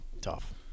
Tough